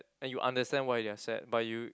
and you understand why they are sad but you